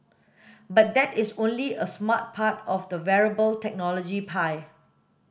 but that is only a smart part of the wearable technology pie